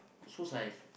shoe size